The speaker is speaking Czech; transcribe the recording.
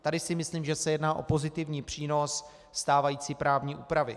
Tady si myslím, že se jedná o pozitivní přínos stávající právní úpravy.